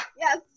Yes